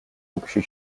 общей